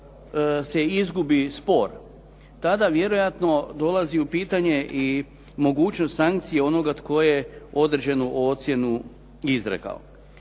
se izgubi spor tada vjerojatno dolazi u pitanje i mogućnost sankcije onoga tko je određenu ocjenu izrekao.